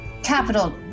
Capital